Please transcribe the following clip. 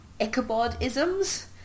Ichabod-isms